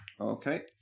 Okay